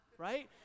right